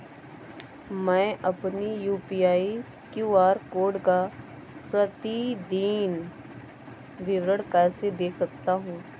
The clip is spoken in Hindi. मैं अपनी यू.पी.आई क्यू.आर कोड का प्रतीदीन विवरण कैसे देख सकता हूँ?